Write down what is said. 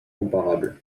comparables